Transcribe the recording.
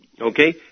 Okay